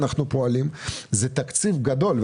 זה תקציב גדול,